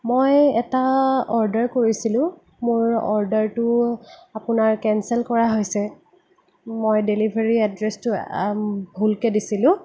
মই এটা অৰ্ডাৰ কৰিছিলোঁ মোৰ অৰ্ডাৰটো আপোনাৰ কেনচেল কৰা হৈছে মই ডেলিভাৰি এড্ৰেছটো ভুলকৈ দিছিলোঁ